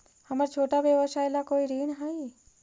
हमर छोटा व्यवसाय ला कोई ऋण हई?